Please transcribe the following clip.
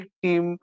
team